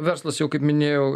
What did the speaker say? verslas jau kaip minėjau